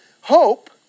Hope